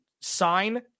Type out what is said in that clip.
sign